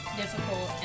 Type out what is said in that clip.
difficult